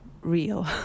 real